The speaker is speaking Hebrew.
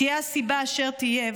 תהיה הסיבה אשר תהיה,